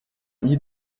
gli